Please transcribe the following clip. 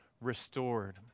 restored